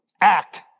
act